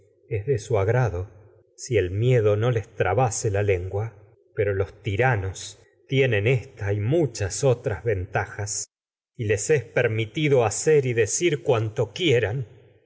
hecho de su agrado si el no les trabase lengua pero y los tiranos tienen permitido hacer ésta y muchas otras ventajas les es y decir cuanto quieran